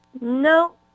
No